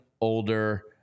older